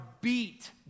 beat